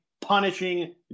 punishing